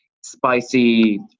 spicy